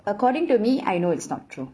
according to me I know it's not true